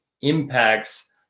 impacts